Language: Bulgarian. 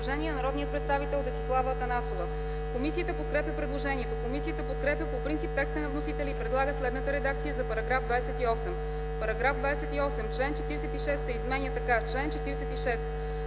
предложение на народния представител Десислава Атанасова. Комисията подкрепя предложението. Комисията подкрепя по принцип текста на вносителя и предлага следната редакция за § 28: „§ 28. Член 46 се изменя така: „Чл. 46.